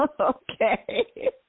okay